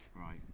Right